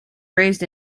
raised